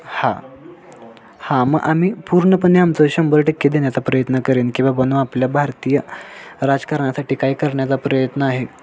हां हो मग आम्ही पूर्णपणे आमचे शंभर टक्के देण्याचा प्रयत्न करेन की बाबांनो आपल्या भारतीय राजकारणासाठी काही करण्याचा प्रयत्न आहे